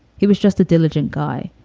he was just a diligent guy.